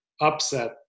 upset